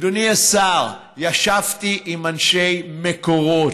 אדוני השר, ישבתי עם אנשי מקורות,